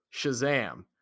Shazam